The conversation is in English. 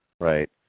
Right